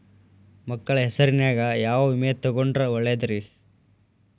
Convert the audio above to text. ಮಕ್ಕಳ ಹೆಸರಿನ್ಯಾಗ ಯಾವ ವಿಮೆ ತೊಗೊಂಡ್ರ ಒಳ್ಳೆದ್ರಿ?